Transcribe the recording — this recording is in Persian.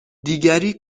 دیگری